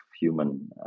human